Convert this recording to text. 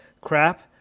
crap